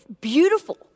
beautiful